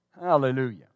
hallelujah